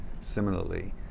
similarly